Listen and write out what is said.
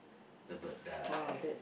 the bird die